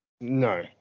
No